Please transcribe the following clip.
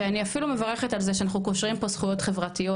ואני אפילו מברכת על זה שאנחנו קושרים פה זכויות חברתיות,